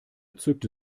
zückte